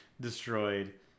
destroyed